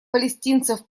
палестинцев